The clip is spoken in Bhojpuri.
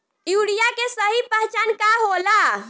यूरिया के सही पहचान का होला?